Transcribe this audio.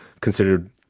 considered